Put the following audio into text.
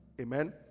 Amen